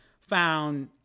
found